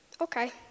okay